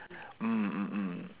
mm mm mm